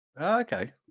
Okay